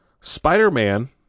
Spider-Man